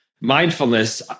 Mindfulness